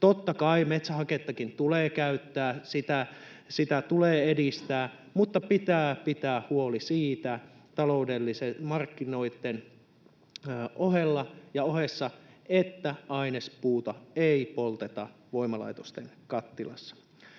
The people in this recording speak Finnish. Totta kai metsähakettakin tulee käyttää ja sitä tulee edistää, mutta pitää pitää huoli taloudellisten markkinoitten ohella ja ohessa siitä, että ainespuuta ei polteta voimalaitosten kattilassa.